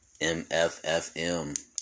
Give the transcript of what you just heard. MFFM